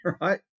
Right